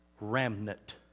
remnant